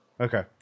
Okay